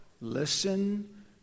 Listen